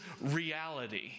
reality